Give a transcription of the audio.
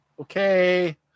Okay